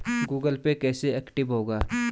Google Pay कैसे active होगा?